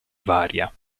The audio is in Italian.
varia